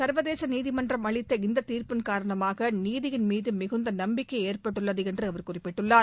சர்வதேச நீதிமன்றம் அளித்த இந்த தீர்ப்பின் காரணமாக நீதியின் மீது மிகுந்த நம்பிக்கை ஏற்பட்டுள்ளது என்று அவர் குறிப்பிட்டார்